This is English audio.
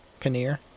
Paneer